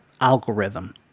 algorithm